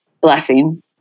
blessing